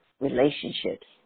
relationships